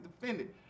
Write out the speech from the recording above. defended